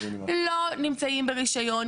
לא נמצאים ברישיון.